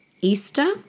Easter